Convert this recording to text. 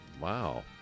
Wow